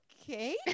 okay